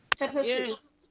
Yes